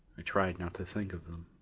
i tried not to think of them.